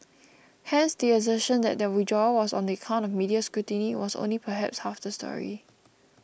hence the assertion that the withdrawal was on account of media scrutiny only was perhaps half the story